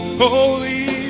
holy